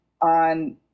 on